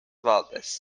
waldes